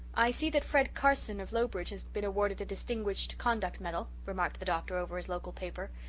i see that fred carson of lowbridge has been awarded a distinguished conduct medal, remarked the doctor, over his local paper.